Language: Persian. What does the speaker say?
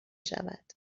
شود